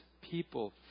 people